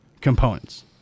components